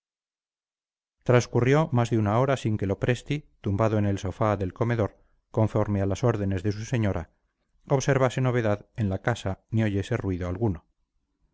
transcurrió más de una hora sin que lopresti tumbado en el sofá del comedor conforme a las órdenes de su señora observase novedad en la casa ni oyese ruido alguno